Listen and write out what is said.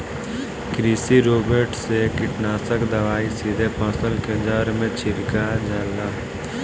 कृषि रोबोट से कीटनाशक दवाई सीधे फसल के जड़ में छिड़का जाला